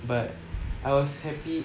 but I was happy